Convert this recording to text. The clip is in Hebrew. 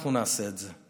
אנחנו נעשה את זה.